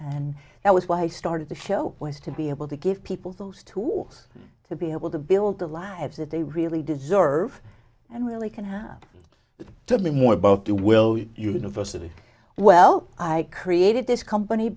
and that was why i started the show was to be able to give people those tools to be able to build the lives that they really deserve and really can have it to be more about who will university well i created this company